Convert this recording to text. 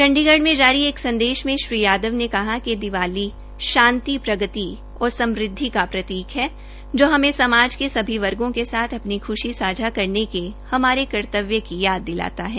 चंडीगढ़ में जारी एक आदेश मे श्री यादव ने कहा कि दीवाली शांति प्रगति और स्मृद्वि का प्रतीक है जो हमे समाज के सभी वर्गो के साथ अपनी ख्शी सांझा करने के हमारे कतव्य की याद दिलाता है